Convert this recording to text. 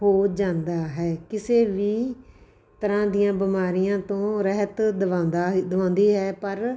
ਹੋ ਜਾਂਦਾ ਹੈ ਕਿਸੇ ਵੀ ਤਰ੍ਹਾਂ ਦੀਆਂ ਬਿਮਾਰੀਆਂ ਤੋਂ ਰਹਿਤ ਦਵਾਉਂਦਾ ਦਵਾਉਂਦੀ ਹੈ ਪਰ